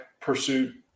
pursuit